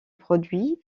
produit